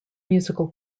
musical